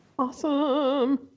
Awesome